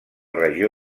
regió